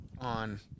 on –